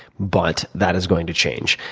but that is going to change.